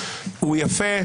הוא יפה,